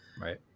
Right